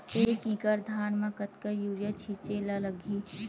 एक एकड़ धान में कतका यूरिया छिंचे ला लगही?